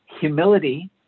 Humility